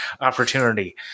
opportunity